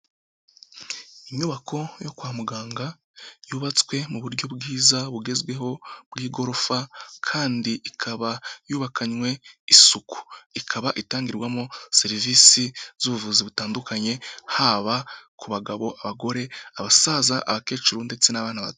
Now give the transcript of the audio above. Inyubako yo kwa muganga yubatswe mu buryo bwiza bugezweho bw'igorofa kandi ikaba yubakanywe isuku, ikaba itangirwamo serivisi z'ubuvuzi butandukanye haba ku bagabo, abagore, abasaza abakecuru ndetse n'abana bato.